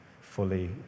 fully